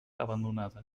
abandonada